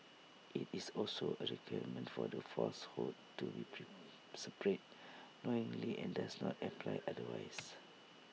IT is also A requirement for the falsehood to be spread knowingly and does not apply otherwise